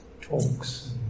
talks